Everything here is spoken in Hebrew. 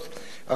החשב הכללי,